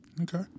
Okay